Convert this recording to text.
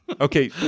Okay